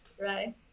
right